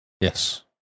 Yes